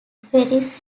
ferries